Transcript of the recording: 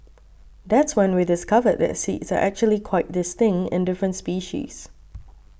that's when we discovered that seeds are actually quite distinct in different species